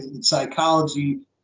Psychology